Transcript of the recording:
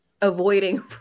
avoiding